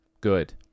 good